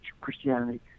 Christianity